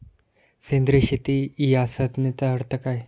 सेंद्रिय शेती या संज्ञेचा अर्थ काय?